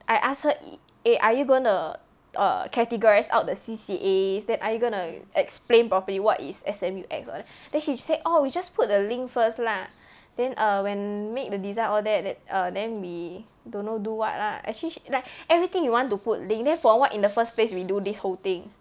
I ask her eh are you going to err categorise out the C_C_A then are you going to explain properly what is S_M_U X all that then she say orh we just put the link first lah then err when make the design all that then we don't know do what lah actually she like everything you want to put link then for what in the first place we do this whole thing